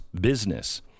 business